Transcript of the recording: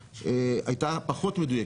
הייתה פחות מדויקת,